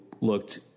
looked